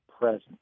present